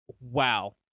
wow